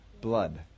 blood